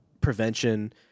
prevention